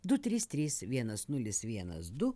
du trys trys vienas nulis vienas du